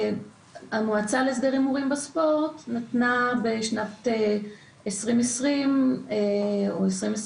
המועצה להסדר הימורים בספורט נתנה בשנת 2020 או 2021